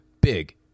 Big